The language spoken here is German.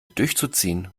durchzuziehen